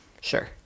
sure